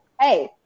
hey